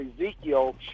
Ezekiel